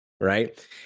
right